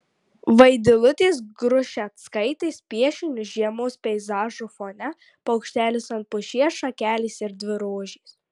vaidilutės grušeckaitės piešiniu žiemos peizažo fone paukštelis ant pušies šakelės ir dvi rožės